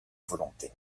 volonté